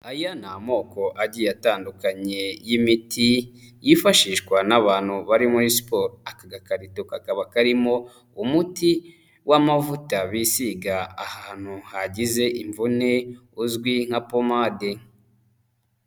Aya ni amoko agiye atandukanye y'imiti, yifashishwa n'abantu bari muri siporo. Aka gakarito kakaba karimo umuti w'amavuta bisiga ahantu hagize imvune, uzwi nka pomade.